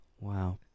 Wow